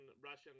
Russian